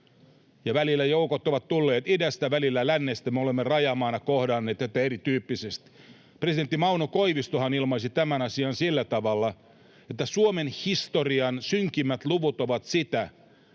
— välillä joukot ovat tulleet idästä, välillä lännestä, ja me olemme rajamaana kohdanneet tätä erityyppisesti. Presidentti Mauno Koivistohan ilmaisi tämän asian sillä tavalla, että Suomen historian synkimmät luvut ovat sitä,